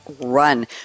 run